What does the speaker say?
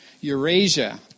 Eurasia